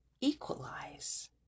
equalize